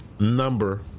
Number